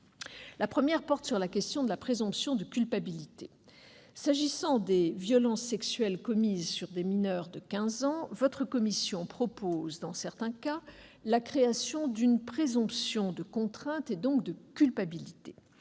La première divergence concerne la question de la présomption de culpabilité. S'agissant des violences sexuelles commises sur des mineurs de quinze ans, votre commission propose, dans certains cas, la création d'une présomption de contrainte, donc de culpabilité.